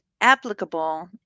applicable